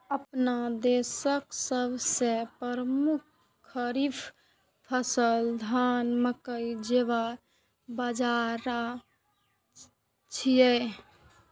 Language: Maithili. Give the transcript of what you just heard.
अपना देशक सबसं प्रमुख खरीफ फसल धान, मकई, ज्वार, बाजारा छियै